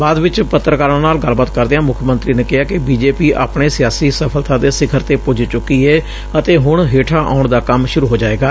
ਬਾਅਦ ਵਿਚ ਪੱਤਰਕਾਰਾਂ ਨਾਲ ਗੱਲਬਾਤ ਕਰਦਿਆਂ ਮੁੱਖ ਮੰਤਰੀ ਨੇ ਕਿਹਾ ਕਿ ਬੀਜੇਪੀ ਆਪਣੇ ਸਿਆਸੀ ਸਫਲਤਾ ਦੇ ਸਿਖਰ ਤੇ ਪੁੱਜ ਚੁੱਕੀ ਏ ਅਤੇ ਹੁਣ ਹੇਠਾਂ ਆਉਣ ਦਾ ਕੰਮ ਸੁਰੂ ਹੋ ਜਾਏਗਾ